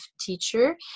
teacher